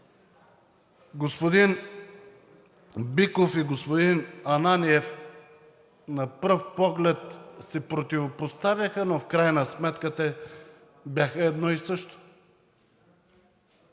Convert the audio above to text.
господин Биков и господин Ананиев на пръв поглед се противопоставяха, но в крайна сметка те бяха едно и също.